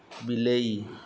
ବିଲେଇ